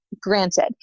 granted